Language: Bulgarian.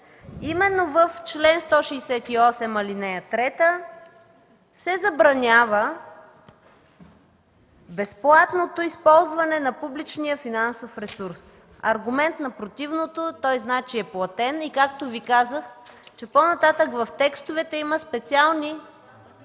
Именно в чл. 168, ал. 3 се забранява безплатното използване на публичния финансов ресурс. Аргумент на противното – той значи е платен и, както Ви казах, че по-нататък в текстовете има специални ...